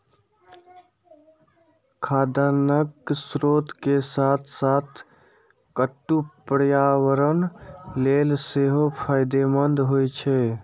खाद्यान्नक स्रोत के साथ साथ कट्टू पर्यावरण लेल सेहो फायदेमंद होइ छै